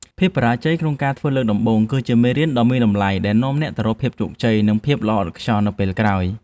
ភាពបរាជ័យក្នុងការធ្វើលើកដំបូង គឺជាមេរៀនដ៏មានតម្លៃដែលនាំអ្នកទៅរកភាពជោគជ័យ និងភាពល្អឥតខ្ចោះនៅពេលក្រោយ។